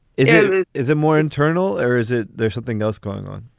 it is a more internal or is it? there's something else going on